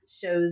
shows